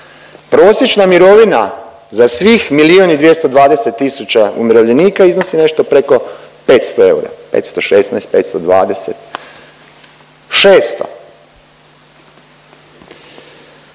Prosječna mirovina za svih milijun i 220 tisuća umirovljenika iznosi nešto preko 500 eura, 516, 520, 600.